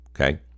okay